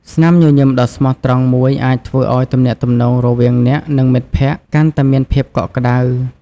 ស្នាមញញឹមដ៏ស្មោះត្រង់មួយអាចធ្វើឲ្យទំនាក់ទំនងរវាងអ្នកនិងមិត្តភក្តិកាន់តែមានភាពកក់ក្តៅ។